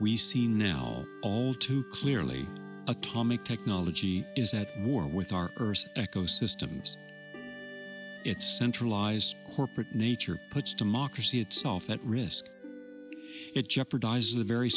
we see now to clearly atomic technology is at war with our banking systems its centralized corporate nature puts democracy itself at risk it jeopardizes the very